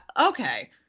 Okay